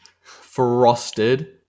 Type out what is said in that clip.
Frosted